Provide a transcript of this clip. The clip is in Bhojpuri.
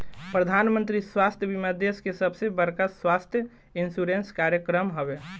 प्रधानमंत्री स्वास्थ्य बीमा देश के सबसे बड़का स्वास्थ्य इंश्योरेंस कार्यक्रम हवे